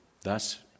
thus